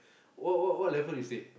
what what what level is he